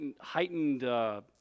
heightened